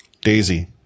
Daisy